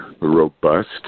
robust